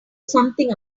something